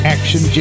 Action